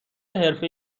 حرفه